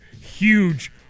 huge